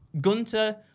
Gunter